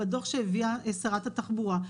בדוח שהביאה שרת התחבורה,